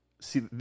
See